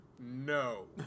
No